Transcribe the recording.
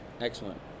Excellent